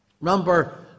Remember